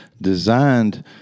designed